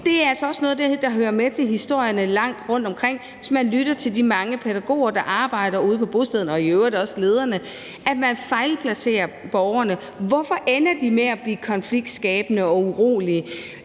Det er altså også noget af det, der hører med til historierne rundtomkring, hvis man lytter til de mange pædagoger, der arbejder ude på bostederne, og i øvrigt også til lederne, altså at man fejlplacerer borgerne. Hvorfor ender de med at blive konfliktskabende og urolige?